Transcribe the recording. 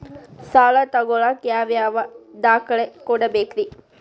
ಸಾಲ ತೊಗೋಳಾಕ್ ಯಾವ ಯಾವ ದಾಖಲೆ ಕೊಡಬೇಕ್ರಿ?